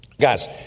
Guys